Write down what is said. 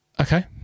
Okay